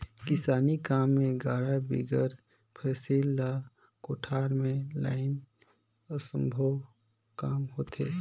किसानी काम मे गाड़ा बिगर फसिल ल कोठार मे लनई असम्भो काम होथे